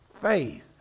Faith